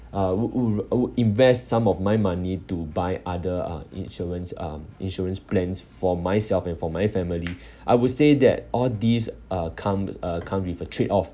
uh wou~ wou~ uh would invest some of my money to buy other uh insurance um insurance plans for myself and for my family I would say that all these uh come uh comes with a tradeoff